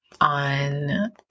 on